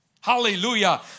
Hallelujah